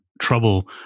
trouble